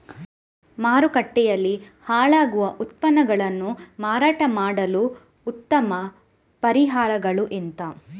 ಮಾರುಕಟ್ಟೆಯಲ್ಲಿ ಹಾಳಾಗುವ ಉತ್ಪನ್ನಗಳನ್ನು ಮಾರಾಟ ಮಾಡಲು ಉತ್ತಮ ಪರಿಹಾರಗಳು ಎಂತ?